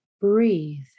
Breathe